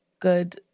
good